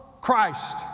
Christ